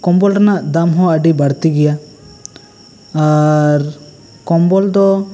ᱠᱚᱢᱵᱚᱞ ᱨᱮᱱᱟᱜ ᱫᱟᱢ ᱦᱚᱸ ᱟᱹᱰᱤ ᱵᱟᱹᱲᱛᱤ ᱜᱮᱭᱟ ᱟᱨ ᱠᱚᱢᱵᱚᱞ ᱫᱚ